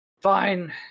Fine